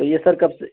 تو یہ سر کب سے